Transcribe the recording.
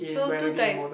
so two guys